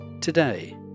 Today